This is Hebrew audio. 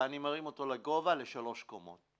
ומרימים אותו לגובה של שלוש קומות.